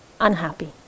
unhappy